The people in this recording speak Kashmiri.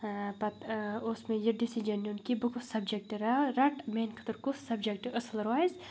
پَتہٕ اوس مےٚ یہِ ڈِسِجَن نیُن کہِ بہٕ کُس سَبجَکٹ رَٹہٕ میٛانہِ خٲطرٕ کُس سَبجَکٹ اَصٕل روزِ